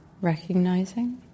recognizing